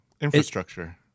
infrastructure